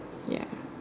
ya